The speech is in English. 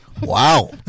Wow